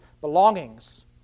belongings